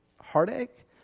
heartache